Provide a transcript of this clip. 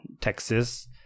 texas